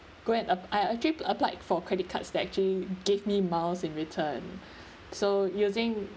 cre~ uh I actually applied for credit cards that actually gave me miles in return so using